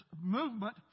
movement